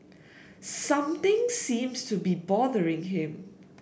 something seems to be bothering him